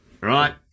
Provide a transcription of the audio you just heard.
right